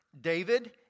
David